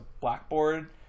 blackboard